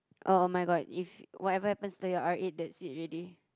oh [oh]-my-god if whatever happens to your R eight that's it already